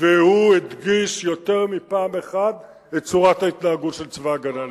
והוא הדגיש יותר מפעם אחת את צורת ההתנהגות של צבא-הגנה לישראל.